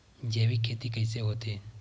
जैविक खेती कइसे होथे?